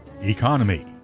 Economy